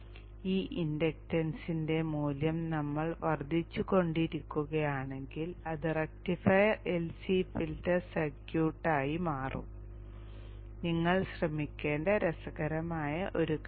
ഈ ഇൻഡക്ടൻസ് മൂല്യം നമ്മൾ വർദ്ധിച്ചുകൊണ്ടിരിക്കുകയാണെങ്കിൽ അത് റക്റ്റിഫയർ LC ഫിൽട്ടർ സർക്യൂട്ടായി മാറും നിങ്ങൾ ശ്രമിക്കേണ്ട രസകരമായ ഒരു കാര്യം